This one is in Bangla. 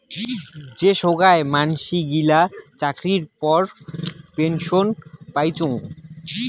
যে সোগায় মানসি গিলা চাকরির পর পেনসন পাইচুঙ